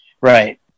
Right